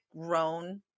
grown